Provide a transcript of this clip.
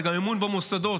זה גם אמון במוסדות.